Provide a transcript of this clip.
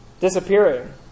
disappearing